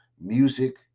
music